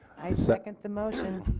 i second the motion.